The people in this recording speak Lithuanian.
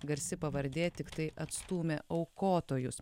garsi pavardė tiktai atstūmė aukotojus